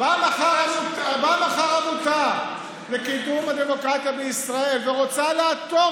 באה מחר העמותה לקידום הדמוקרטיה בישראל ורוצה לעתור,